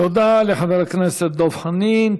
תודה לחבר הכנסת דב חנין.